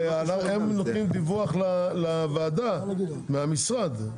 הם נותנים דיווח לוועדה מהמשרד.